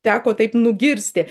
teko taip nugirsti